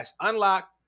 unlock